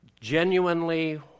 genuinely